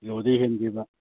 ꯀꯤꯂꯣꯗꯩ ꯍꯦꯟꯈꯤꯕ